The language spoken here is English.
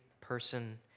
person